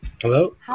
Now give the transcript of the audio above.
Hello